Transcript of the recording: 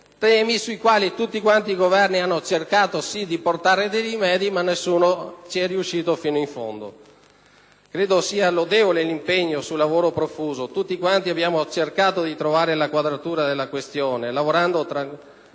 Temi sui quali tutti quanti i Governi si sono adoperati per cercare rimedi, ma nessuno ci è riuscito fino in fondo. Credo sia notevole l'impegno sul lavoro profuso, tutti quanti abbiamo cercato di trovare la quadratura della questione, lavorando sicuramente